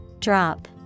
Drop